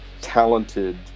talented